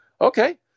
Okay